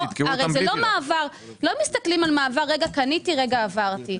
לא מסתכלים על מעבר בתור: "רגע קניתי רגע עברתי".